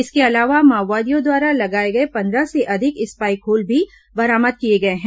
इसके अलावा माओवादियों द्वारा लगाए गए पंद्रह से अधिक स्पाइक होल भी बरामद किए गए हैं